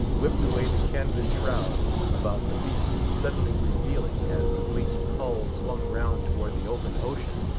whipped away the canvas shroud about the beak, suddenly revealing, as the bleached hull swung round towards the open ocean,